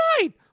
right